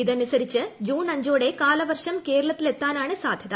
ഇതനുസരിച്ച് ജൂൺ അഞ്ചോടെ കാലവർഷം കേരളത്തിലെത്താനാണ് സാധൃത